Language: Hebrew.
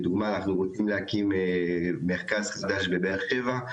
לדוגמה, אנחנו רוצים להקים מרכז חדש בבאר שבע.